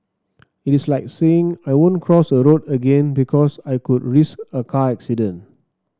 it is like saying I won't cross a road again because I could risk a car accident